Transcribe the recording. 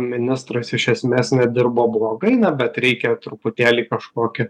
ministras iš esmės nedirbo blogai bet reikia truputėlį kažkokį